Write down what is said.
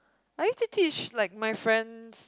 I used to teach like my friends